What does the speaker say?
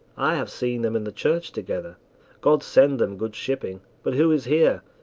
i have seen them in the church together god send em good shipping! but who is here?